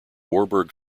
warburg